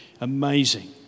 amazing